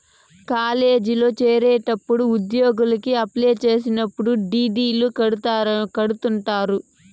కాలేజీల్లో చేరేటప్పుడు ఉద్యోగలకి అప్లై చేసేటప్పుడు డీ.డీ.లు కడుతుంటారు